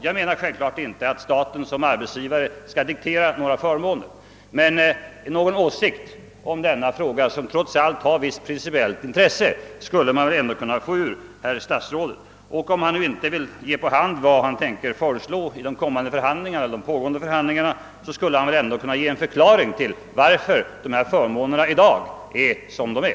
Jag menar naturligtvis inte att staten som arbetsgivare skall diktera några förmåner, men någon åsikt i denna fråga, som trots allt har ett visst principiellt intresse, skulle man väl ändå kunna få ur herr statsrådet. Och om han nu inte vill avslöja vad han tänker föreslå i de kommande eller pågående förhandlingarna, så skulle han väl ändå kunna ge en förklaring till att dessa förmåner i dag är som de är.